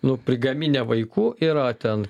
nu prigaminę vaikų yra ten